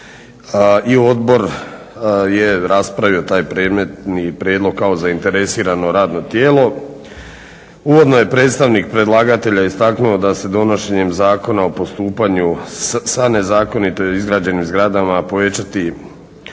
I odbor je raspravio taj predmetni prijedlog kao zainteresirano radno tijelo. Uvodno je predstavnik predlagatelja istaknuo da se donošenjem Zakona o postupanju sa nezakonito izgrađenim zgradama povećati